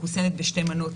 מחוסנת בשתי מנות,